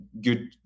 good